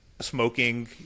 Smoking